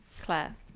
Claire